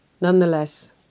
Nonetheless